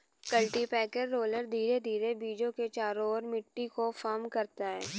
cultipacker roller धीरे धीरे बीजों के चारों ओर मिट्टी को फर्म करता है